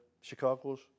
Chicago's